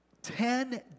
Ten